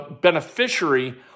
beneficiary